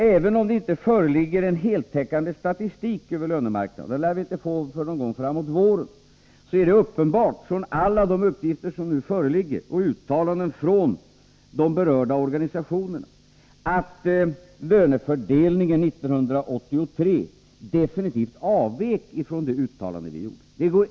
Även om det inte föreligger en heltäckande statistik över lönemarknaden — en sådan lär vi inte få förrän någon gång framåt våren — är det enligt alla de uppgifter som nu föreligger och enligt uttalanden från de berörda organisationerna uppenbart att lönefördelningen 1983 definitivt avvek från det uttalande som vi gjorde.